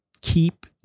keep